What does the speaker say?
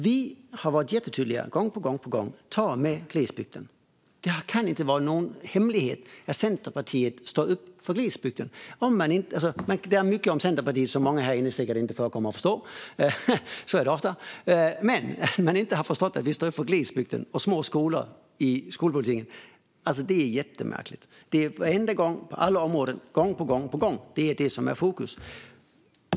Vi har varit jättetydliga gång på gång och sagt: Ta med glesbygden! Det kan inte vara någon hemlighet att Centerpartiet står upp för glesbygden. Det är mycket om Centerpartiet som många här inne säkert inte kommer att förstå - så är det ofta - men om man inte har förstått att vi står upp för glesbygden och små skolor i skolpolitiken är det jättemärkligt. Gång på gång och på alla områden är det detta som är i fokus.